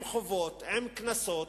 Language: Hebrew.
עם חובות, עם קנסות,